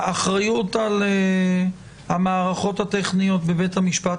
של מי האחריות על המערכות הטכניות בבית המשפט?